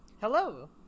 Hello